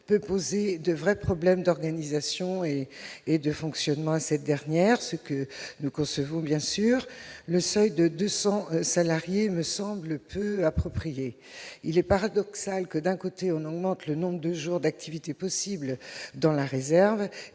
peut poser de vrais problèmes d'organisation et de fonctionnement à cette dernière, le seuil de 200 salariés initialement fixé me semble peu approprié. Il est paradoxal que, d'un côté, on augmente le nombre de jours d'activité possibles dans la réserve,